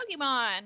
Pokemon